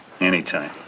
anytime